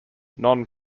non